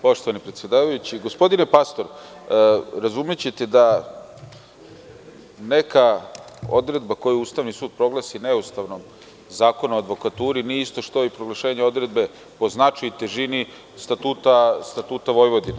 Poštovani predsedavajući, gospodine Pastor, razumećete da neka odredba koju Ustavni sud proglasi neustavnim Zakon o advokaturi nije isto što i proglašenje odredbe po značaju i težini Statuta Vojvodine.